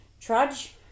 trudge